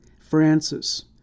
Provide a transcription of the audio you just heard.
Francis